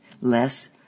less